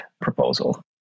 proposal